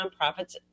nonprofits